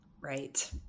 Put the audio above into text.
right